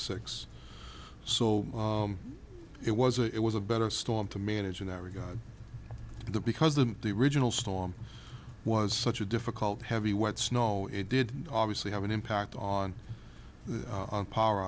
six so it was a it was a better storm to manage in that regard the because the original storm was such a difficult heavy wet snow it did obviously have an impact on the power